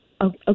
Okay